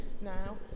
now